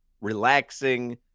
relaxing